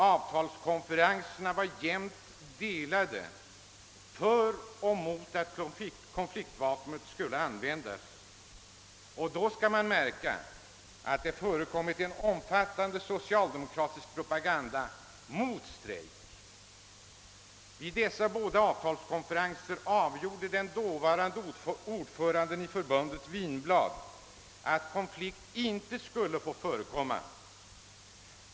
Avtalskonferenserna var jämnt delade för och emot att konfliktvapnet skulle användas. Man skall då märka att det förekommit en omfattande socialdemokratisk propaganda mot strejk. Vid dessa båda avtalskonferenser avgjorde den dåvarande ordföranden i förbundet, Winroth, att konflikt inte skulle få förekomma.